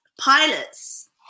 pilots